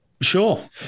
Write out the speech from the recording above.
Sure